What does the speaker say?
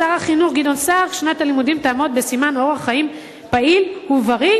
שר החינוך גדעון סער: שנת הלימודים תעמוד בסימן אורח חיים פעיל ובריא,